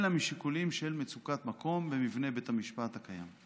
אלא משיקולים של מצוקת מקום במבנה בית המשפט הקיים.